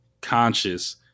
Conscious